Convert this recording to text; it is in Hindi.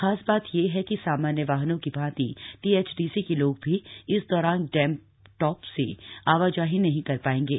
खासबात यह है कि सामान्य वाहनों की भांति टीएचडीसी के लोग भी इस दौरान डैमटॉ से आवाजाही नहीं कर ाएंगे